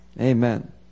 Amen